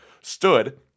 stood